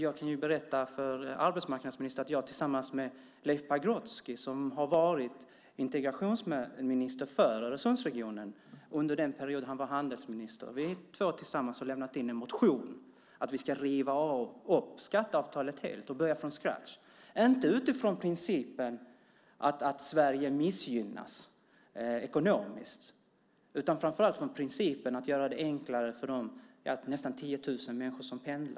Jag kan berätta för arbetsmarknadsministern att jag tillsammans med Leif Pagrotsky, som var integrationsminister för Öresundsregionen under sin tid som handelsminister, väckt en motion om att helt riva upp skatteavtalet och börja om från scratch, inte utifrån principen att Sverige missgynnas ekonomiskt utan framför allt utifrån principen att göra det enklare för de nästan 10 000 människor som pendlar.